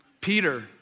Peter